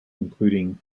including